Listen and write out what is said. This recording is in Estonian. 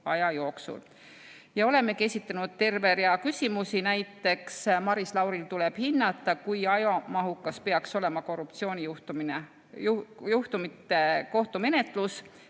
aja jooksul. Ja me olemegi esitanud terve rea küsimusi. Näiteks tuleb Maris Lauril hinnata, kui ajamahukas peaks olema korruptsioonijuhtumite kohtumenetlus,